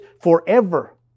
forever